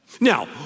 now